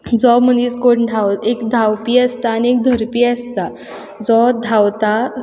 जो मनीस कोण धां एक धांवपी आसता आनी एक धरपी आसता जो धांवता